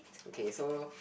okay so